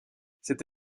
cette